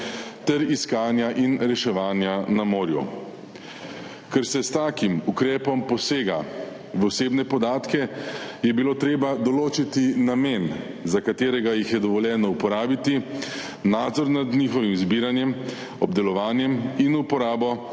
ter iskanja in reševanja na morju. Ker se s takim ukrepom posega v osebne podatke, je bilo treba določiti namen, za katerega jih je dovoljeno uporabiti, nadzor nad njihovim zbiranjem, obdelovanjem in uporabo